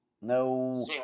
No